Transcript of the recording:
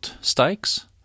stakes